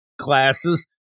classes